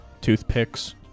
Toothpicks